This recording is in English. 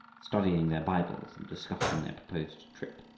studying their bibles and discussing their proposed trip.